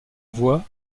voix